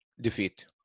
Defeat